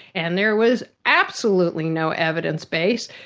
and there was absolutely no evidence base,